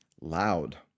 Loud